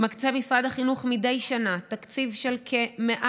מקצה משרד החינוך מדי שנה תקציב של כ-100